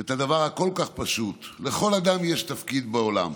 את הדבר הפשוט כל כך: לכל אדם יש תפקיד בעולם,